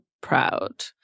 proud